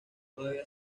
todavía